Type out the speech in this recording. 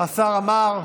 השר עמאר.